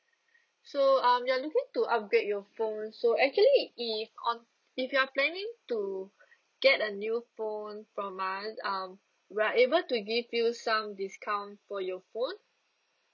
so um you're looking to upgrade your phone so actually if on if you are planning to get a new phone from us um we're able to give you some discount for your phone